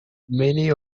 many